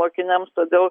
mokiniams todėl